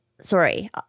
Sorry